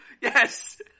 Yes